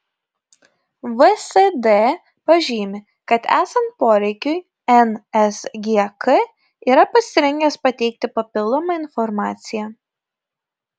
vsd pažymi kad esant poreikiui nsgk yra pasirengęs pateikti papildomą informaciją